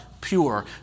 pure